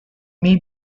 may